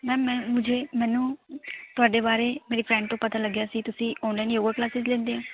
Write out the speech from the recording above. ma'am ਮੈਂ ਮੈਨੂੰ ਤੁਹਾਡੇ ਬਾਰੇ ਮੇਰੀ ਫ੍ਰੈਡ ਤੋਂ ਪਤਾ ਲੱਗਿਆ ਸੀ ਤੁਸੀਂ ਔਨਲਾਈਨ ਯੋਗਾ ਕਲਾਸਿਜ ਲੈਂਦੇ ਓ